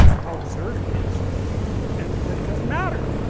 how absurd it is and that it doesn't matter,